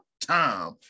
time